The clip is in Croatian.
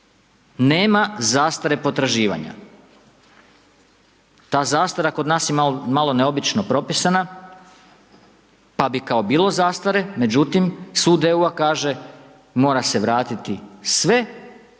nema zastare potraživanja. Ta zastara kod nas je malo neobično propisana, pa bi kao bilo zastare, međutim, sud EU-a kaže, mora se vratiti sve